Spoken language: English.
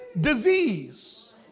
disease